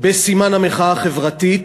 בסימן המחאה החברתית,